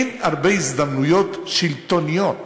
אין הרבה הזדמנויות שלטוניות